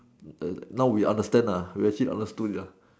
err now we understand nah we actually understood it lah